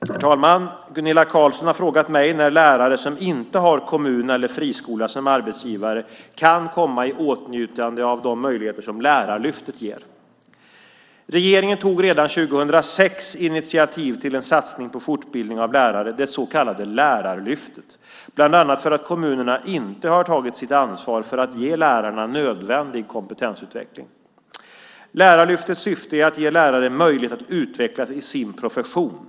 Herr talman! Gunilla Carlsson i Hisings Backa har frågat mig när lärare som inte har kommun eller friskola som arbetsgivare kan komma i åtnjutande av de möjligheter som Lärarlyftet ger. Regeringen tog redan 2006 initiativ till en satsning på fortbildning av lärare, det så kallade Lärarlyftet, bland annat för att kommunerna inte har tagit sitt ansvar för att ge lärarna nödvändig kompetensutveckling. Lärarlyftets syfte är att ge lärare möjlighet att utvecklas i sin profession.